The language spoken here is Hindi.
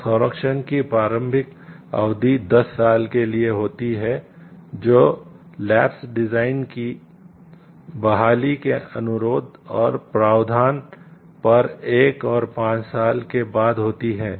तो संरक्षण की प्रारंभिक अवधि 10 साल के लिए होती है जो लैप्स डिज़ाइन की बहाली के अनुरोध और प्रावधान पर एक और पांच साल के बाद होती है